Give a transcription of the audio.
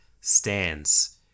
stands